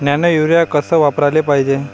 Nano urea कस वापराले पायजे?